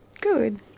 Good